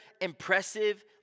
impressive